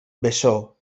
bessó